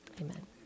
Amen